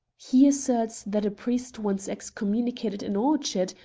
he asserts that a priest once excommunicated an orchard,